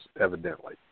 evidently